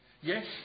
Yes